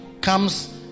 comes